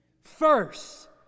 First